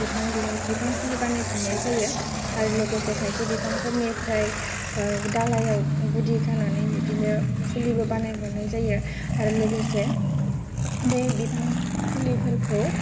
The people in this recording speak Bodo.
बिफां दिहुन बिफां फुलि बानायफिननाय जायो आरो लोगोसे खायसे बिफांफोदनिफ्राय दालायाव गुदि खानानै बिब्दिनो फुलिबो बानायबावनाय जायो आरो लोगोसे बे बिफां फुलिफोरखौ